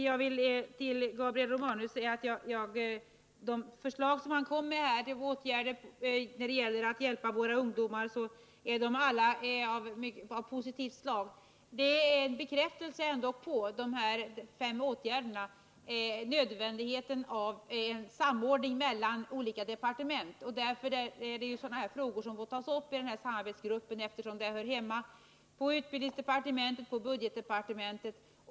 Herr talman! De förslag som Gabriel Romanus kom med till åtgärder för att hjälpa våra ungdomar är alla av positivt slag. De här fem åtgärderna är ändock en bekräftelse på nödvändigheten av en samordning mellan olika departement. Det är just sådana här frågor som får tas upp i samarbetsgruppen, eftersom de hör hemma också i utbildningsdepartementet och budgetdepartementet.